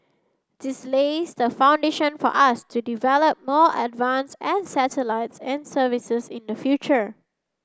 this lays the foundation for us to develop more advanced satellites and services in the future